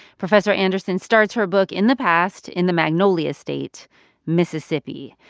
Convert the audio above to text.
professor anderson starts her book in the past in the magnolia state mississippi.